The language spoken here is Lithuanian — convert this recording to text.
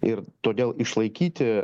ir todėl išlaikyti